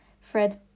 Fred